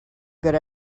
good